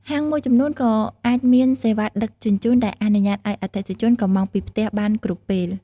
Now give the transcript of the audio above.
ហាងមួយចំនួនក៏អាចមាន សេវាដឹកជញ្ជូនដែលអនុញ្ញាតឲ្យអតិថិជនកម្ម៉ង់ពីផ្ទះបានគ្រប់ពេល។